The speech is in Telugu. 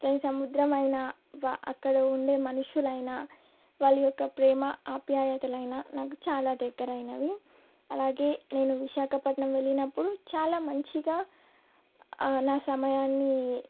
దాని సముద్రమైనా వ అక్కడ ఉండే మనుష్యులు అయినా వాళ్ళ యొక్క ప్రేమ ఆప్యాయతలు అయినా నాకు చాలా దగ్గరైనవి అలాగే నేను విశాఖపట్నం వెళ్ళినప్పుడు చాలా మంచిగా నా సమయాన్ని